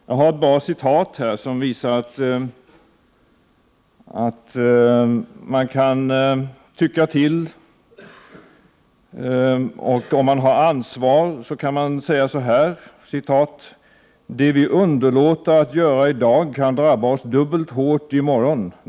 Jag har ett bra citat här, som visar att man kan tycka till, och om man har ansvar kan man säga så här: ”Det vi underlåter att göra i dag kan drabba oss dubbelt hårt i morgon.